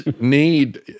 need